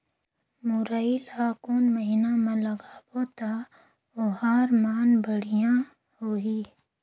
मुरई ला कोन महीना मा लगाबो ता ओहार मान बेडिया होही?